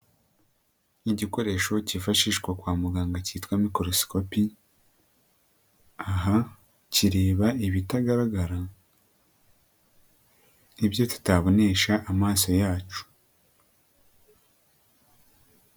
Ikigikoresho cyifashishwa kwa muganga cyitwa mikorosikopi, aha kireba ibitagaragara, ibyo tutabonesha amaso yacu.